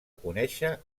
conèixer